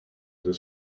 their